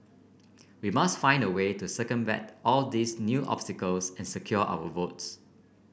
we must find a way to circumvent all these new obstacles and secure our votes